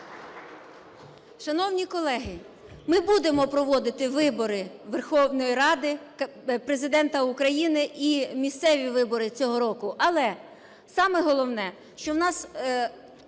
Шановні колеги, ми будемо проводити вибори Верховної Ради, Президента України і місцеві вибори цього року. Але саме головне, що у нас